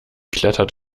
klettert